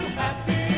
happy